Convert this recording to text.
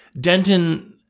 Denton